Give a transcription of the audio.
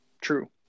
true